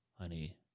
honey